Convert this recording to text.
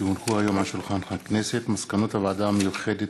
כי הונחו היום על שולחן הכנסת מסקנות הוועדה המיוחדת